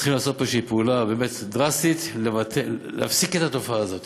צריך לעשות פה איזו פעולה באמת דרסטית להפסיק את התופעה הזאת.